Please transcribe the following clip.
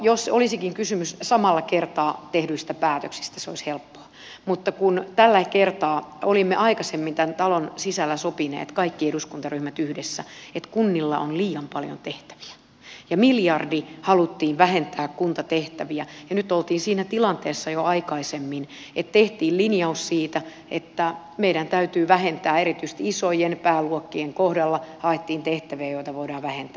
jos olisikin kysymys samalla kertaa tehdyistä päätöksistä se olisi helppoa mutta kun tällä kertaa olimme aikaisemmin tämän talon sisällä kaikki eduskuntaryhmät yhdessä sopineet että kunnilla on liian paljon tehtäviä ja miljardi haluttiin vähentää kuntatehtäviä ja nyt oltiin siinä tilanteessa jo aikaisemmin että tehtiin linjaus siitä että meidän täytyy vähentää erityisesti isojen pääluokkien kohdalla haettiin tehtäviä joita voidaan vähentää